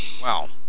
Wow